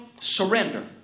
surrender